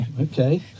okay